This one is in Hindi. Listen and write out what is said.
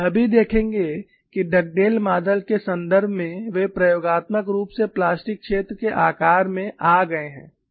हम यह भी देखेंगे कि डगडेल मॉडल के संदर्भ में वे प्रयोगात्मक रूप से प्लास्टिक क्षेत्र के आकार में आ गए हैं